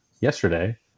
yesterday